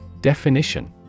Definition